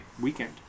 Weekend